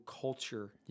culture